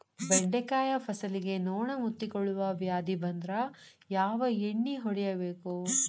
ಬೆಂಡೆಕಾಯ ಫಸಲಿಗೆ ನೊಣ ಮುತ್ತಿಕೊಳ್ಳುವ ವ್ಯಾಧಿ ಬಂದ್ರ ಯಾವ ಎಣ್ಣಿ ಹೊಡಿಯಬೇಕು?